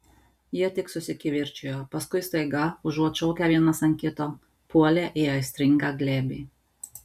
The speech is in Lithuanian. jie tik susikivirčijo paskui staiga užuot šaukę vienas ant kito puolė į aistringą glėbį